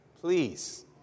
please